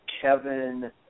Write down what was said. Kevin